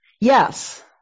Yes